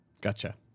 Gotcha